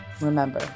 Remember